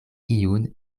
iun